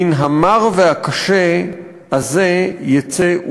מן המר והקשה הזה יצא,